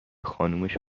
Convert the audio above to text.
خانومش